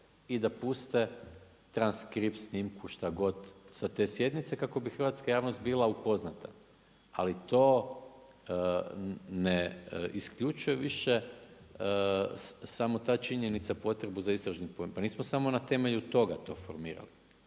i da puste transskript snimku šta god sa te sjednice kako bi hrvatska javnost bila upoznata. Ali to ne isključuje više samo ta činjenica potrebnu za istražno povjerenstvo. Pa nismo samo na temelju toga to formirali.